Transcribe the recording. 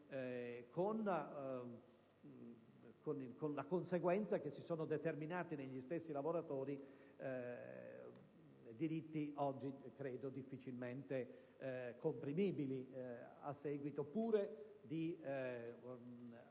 con la conseguenza che si sono determinati negli stessi lavoratori diritti oggi difficilmente comprimibili, pur a seguito di